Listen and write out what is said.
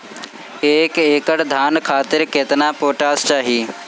एक एकड़ धान खातिर केतना पोटाश चाही?